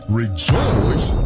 rejoice